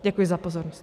Děkuji za pozornost.